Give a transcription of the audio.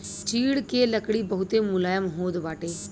चीड़ के लकड़ी बहुते मुलायम होत बाटे